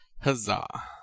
huzzah